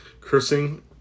cursing